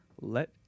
let